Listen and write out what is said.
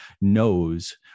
knows